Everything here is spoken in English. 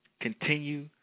Continue